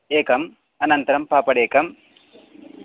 एकम् अनन्तरं पापड एकम्